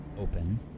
open